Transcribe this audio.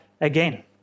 again